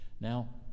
now